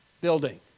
Building